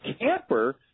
camper